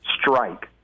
strike